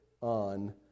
on